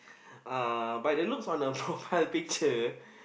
uh by then looks on the profile picture